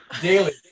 daily